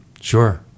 Sure